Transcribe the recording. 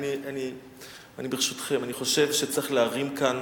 אני חושב שצריך להרים כאן